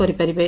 କରିପାରିବେ